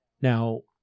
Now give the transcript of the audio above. Now